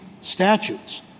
statutes